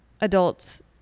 adults